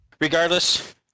regardless